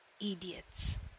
idiots